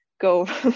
go